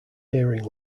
hearing